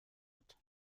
ort